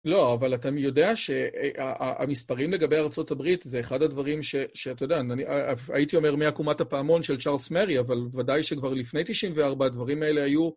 לא, אבל אתה יודע שהמספרים לגבי ארה״ב זה אחד הדברים שאתה יודע, אני הייתי אומר מעקומת הפעמון של צ'רלס מרי, אבל ודאי שכבר לפני 94 הדברים האלה היו...